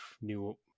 new